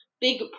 big